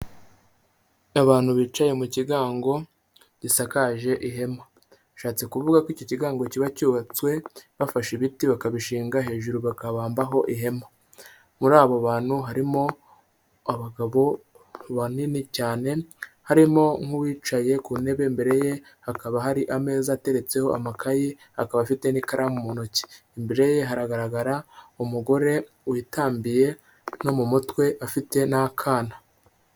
Abantu bicaye mu kigango gisakaje ihema, bishatse kuvuga ko iki kigango kiba cyubatswe bafashe ibiti bakabishinga hejuru bakabambaho ihema. Muri abo bantu harimo abagabo banini cyane harimo nk'uwicaye ku ntebe imbere ye hakaba hari ameza ateretseho amakayi akaba afite n'ikaramu mu ntoki, imbere ye haragaragara umugore witambiye no mu mutwe afite n'akana.